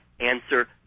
answer